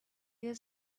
you